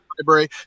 library